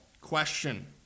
question